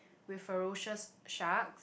with ferocious shark